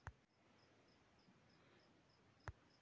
जैविक खेती स्वास्थ्य के लिए अच्छा होवऽ हई